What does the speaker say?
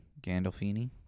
Gandolfini